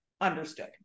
understood